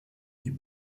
die